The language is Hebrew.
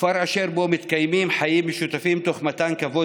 כפר אשר מתקיימים בו חיים משותפים תוך מתן כבוד